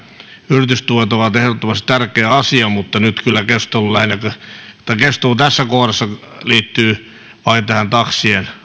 yritystuet ovat ehdottomasti tärkeä asia mutta nyt kyllä keskustelu tässä kohdassa liittyy vain tähän taksien